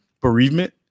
bereavement